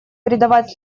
придавать